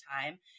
time